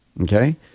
Okay